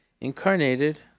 incarnated